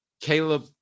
Caleb